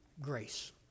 grace